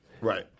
Right